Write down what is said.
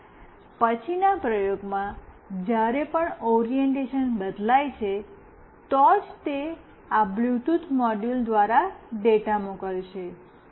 અને પછીના પ્રોગ્રામમાં જ્યારે પણ ઓરિએન્ટેશન બદલાય છે તો જ તે આ બ્લૂટૂથ મોડ્યુલ દ્વારા ડેટા મોકલશે